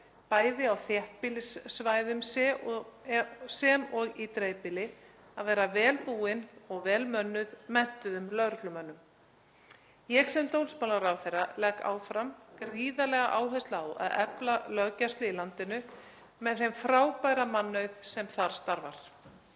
bæði á þéttbýlissvæðum sem og í dreifbýli, að vera vel búin og vel mönnuð menntuðum lögreglumönnum. Ég sem dómsmálaráðherra legg áfram gríðarlega áherslu á að efla löggæslu í landinu með þeim frábæra mannauði sem þar starfar.